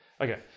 Okay